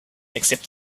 except